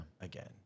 again